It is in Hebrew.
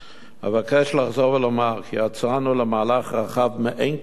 אבקש לחזור ולומר כי יצאנו למהלך רחב מאין כמוהו.